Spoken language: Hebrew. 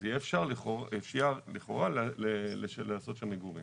אז יהיה אפשר לכאורה לעשות שם מגורים.